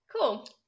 Cool